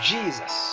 Jesus